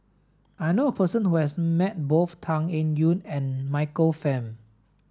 I know a person who has met both Tan Eng Yoon and Michael Fam